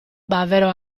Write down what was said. bavero